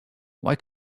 why